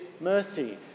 mercy